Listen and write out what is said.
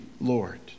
Lord